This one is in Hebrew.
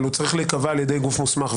אבל הוא צריך להיקבע על ידי גוף מוסמך,